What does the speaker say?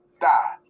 die